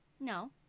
No